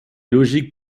logiques